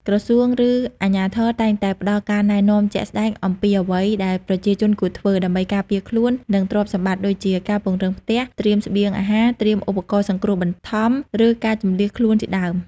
ក្រសួង ឬអាជ្ញាធរតែងតែផ្តល់ការណែនាំជាក់ស្តែងអំពីអ្វីដែលប្រជាជនគួរធ្វើ ដើម្បីការពារខ្លួន និងទ្រព្យសម្បត្តិ ដូចជា ការពង្រឹងផ្ទះ ត្រៀមស្បៀងអាហារ ត្រៀមឧបករណ៍សង្គ្រោះបឋម ឬការជម្លៀសខ្លួនជាដើម។